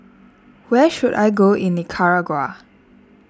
where should I go in Nicaragua